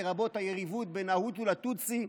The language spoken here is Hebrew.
לרבות היריבות בין ההוטו לטוטסי,